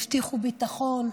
הבטיחו ביטחון,